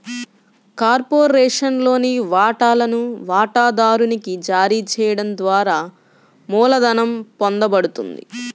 కార్పొరేషన్లోని వాటాలను వాటాదారునికి జారీ చేయడం ద్వారా మూలధనం పొందబడుతుంది